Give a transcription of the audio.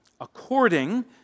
according